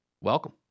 Welcome